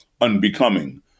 unbecoming